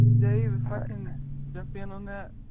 dave, if i can jump in on that.